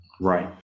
Right